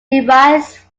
derives